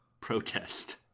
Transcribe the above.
protest